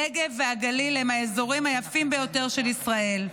הנגב והגליל הם האזורים היפים ביותר של ישראל.